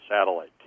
satellite